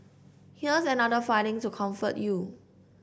here's another finding to comfort you